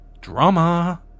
Drama